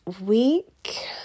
week